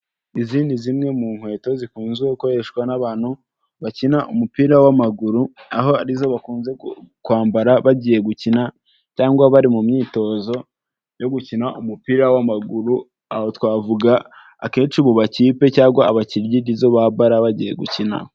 Izi ni zimwe mu nkweto zikunzwe gukoreshwa n'abantu bakina umupira w'amaguru aho arizo bakunze kwambara bagiye gukina cyangwa bari mu myitozo yo gukina umupira w'maguru aho twavuga akenshi mu makipe cyangwa abakinnyi nizo bambara bagiye gukina.